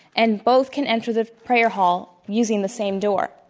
and both can enter the prayer hall using the same door.